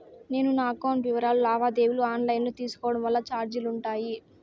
నేను నా అకౌంట్ వివరాలు లావాదేవీలు ఆన్ లైను లో తీసుకోవడం వల్ల చార్జీలు ఉంటాయా?